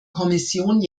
kommission